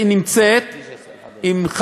היא נמצאת אם,